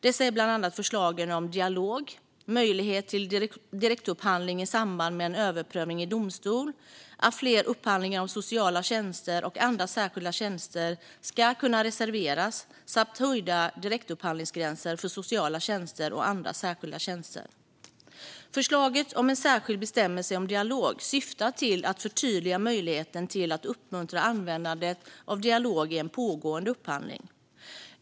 Det är bland annat förslagen om dialog, möjlighet till direktupphandling i samband med en överprövning i domstol, att fler upphandlingar av sociala tjänster och andra särskilda tjänster ska kunna reserveras samt höjda direktupphandlingsgränser för sociala tjänster och andra särskilda tjänster. Förslaget om en särskild bestämmelse om dialog syftar till att förtydliga möjligheten till och uppmuntra användande av dialog i en pågående upphandling.